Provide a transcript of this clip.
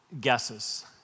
guesses